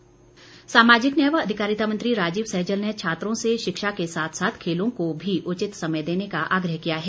सहजल सामाजिक न्याय व अधिकारिता मंत्री राजीव सहजल ने छात्रों से शिक्षा के साथ साथ खेलों को भी उचित समय देने का आग्रह किया है